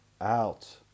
out